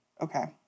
Okay